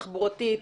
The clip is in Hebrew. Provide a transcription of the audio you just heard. תחבורתית,